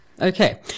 Okay